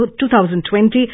2020